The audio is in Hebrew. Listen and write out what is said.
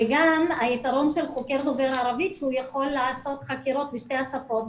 וגם היתרון של חוקר דובר ערבית שהוא יכול לעשות חקירות בשתי השפות,